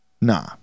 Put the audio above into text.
nah